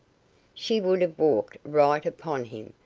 she would have walked right upon him,